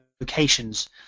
locations